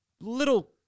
little